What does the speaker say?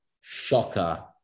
shocker